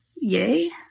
Yay